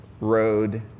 road